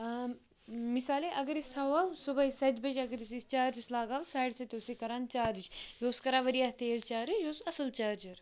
مِثالے اگر أسۍ تھَوَو صُبحٲے سَتہِ بَجہِ اگر أسۍ یہِ چارجَس لاگَو ساڑِ سَتہِ اوس یہِ کَران چارٕج یہِ اوس کَران واریاہ تیز چارٕچ یہِ اوس اَصٕل چارجَر